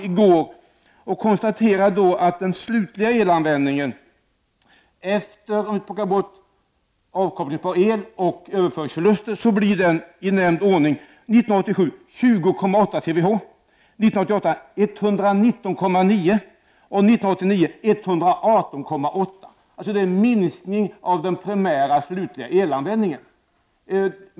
Jag kunde då konstatera att den slutliga elanvändningen, om man tar bort omkopplingsoch överföringsförluster, för 1987 blev 20,8 TWh, 1988 119,9 TWh och 1989 118,8 TWh. Det är alltså en minskning av den primära slutliga elanvändningen.